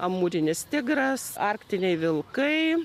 amūrinis tigras arktiniai vilkai